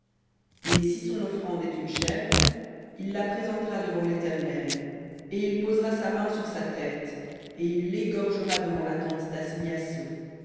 et si son offrande est une chèvre il la présentera devant léternel et il posera sa main sur sa tête et il l'égorgera devant la tente d'assignation